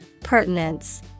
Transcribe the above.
Pertinence